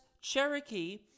Cherokee